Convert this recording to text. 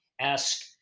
ask